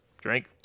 Drink